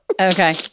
Okay